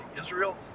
Israel